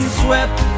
swept